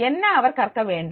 என்ன அவர் கற்க வேண்டும்